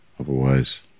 Otherwise